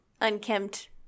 unkempt